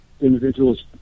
individuals